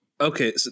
Okay